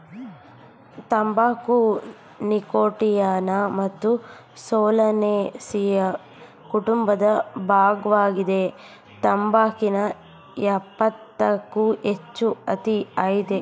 ತಂಬಾಕು ನೀಕೋಟಿಯಾನಾ ಮತ್ತು ಸೊಲನೇಸಿಯಿ ಕುಟುಂಬದ ಭಾಗ್ವಾಗಿದೆ ತಂಬಾಕಿನ ಯಪ್ಪತ್ತಕ್ಕೂ ಹೆಚ್ಚು ಜಾತಿಅಯ್ತೆ